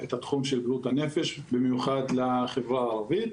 את התחום של בריאות הנפש במיוחד לחברה הערבית.